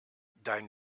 dein